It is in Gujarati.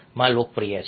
માં લોકપ્રિય છે